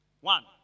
one